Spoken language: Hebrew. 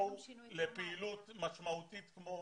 בואו לפעילות משמעותית כמו